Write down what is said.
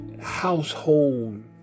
household